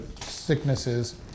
sicknesses